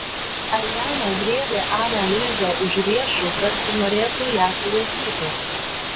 ariana griebė aną luizą už riešų tarsi norėtų ją sulaikyti